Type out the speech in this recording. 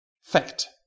fact